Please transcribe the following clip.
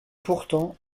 pourtant